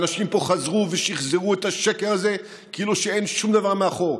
אנשים פה חזרו ושחזרו את השקר הזה כאילו אין שום דבר מאחור.